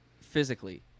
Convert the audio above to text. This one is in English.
physically